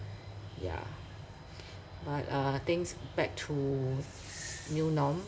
yeah but uh things back to new norm